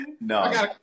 No